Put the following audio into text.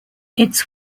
its